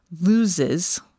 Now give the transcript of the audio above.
loses